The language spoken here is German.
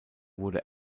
wurde